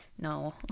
no